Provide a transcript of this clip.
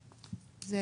כן,